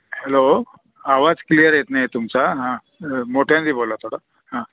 hello आवाज clear येत नाही आहे तुमचा हां मोठ्यांंदी बोला थोडा हां